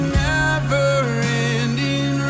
never-ending